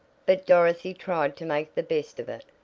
but dorothy tried to make the best of it,